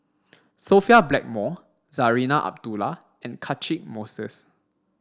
Sophia Blackmore Zarinah Abdullah and Catchick Moses